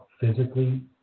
physically